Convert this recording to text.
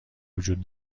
وجود